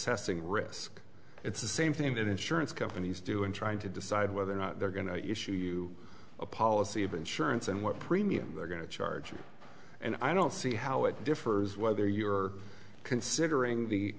assessing risk it's the same thing that insurance companies do in trying to decide whether or not they're going to issue you a policy of insurance and what premium they're going to charge and i don't see how it differs whether you're considering the